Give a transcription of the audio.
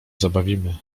zabawimy